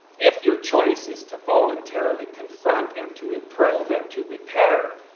if your choice is to voluntarily confront and to improve and to repair,